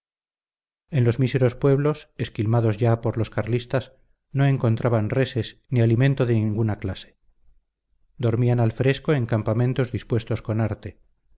en los míseros pueblos esquilmados ya por los carlistas no encontraban reses ni alimento de ninguna clase dormían al fresco en campamentos dispuestos con arte